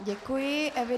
Děkuji.